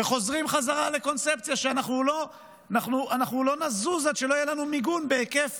וחוזרים בחזרה לקונספציה שאנחנו לא נזוז עד שלא יהיה לנו מיגון בהיקף